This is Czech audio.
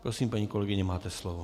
Prosím, paní kolegyně, máte slovo.